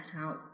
out